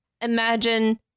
imagine